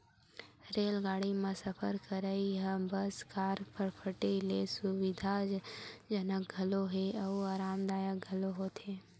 रेलगाड़ी म सफर करइ ह बस, कार, फटफटी ले सुबिधाजनक घलोक हे अउ अरामदायक घलोक होथे